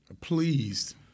pleased